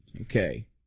Okay